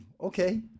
okay